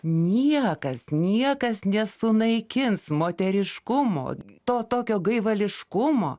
niekas niekas nesunaikins moteriškumo to tokio gaivališkumo